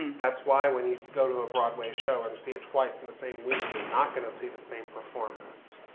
that's why, when you go to a broadway show and see it twice in the same week, you're not going to see the same performance.